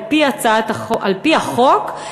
על-פי החוק,